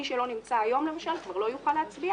מי שלא נמצא היום למשל, כבר לא יוכל להצביע